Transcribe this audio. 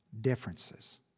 differences